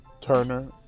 Turner